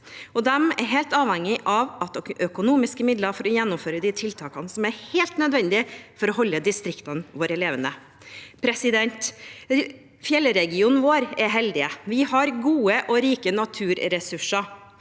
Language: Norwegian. de er helt avhengig av økonomiske midler for å gjennomføre de tiltakene som er helt nødvendig for å holde distriktene våre levende. Fjellregionene våre er heldige. Vi har gode og rike naturressurser,